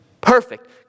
perfect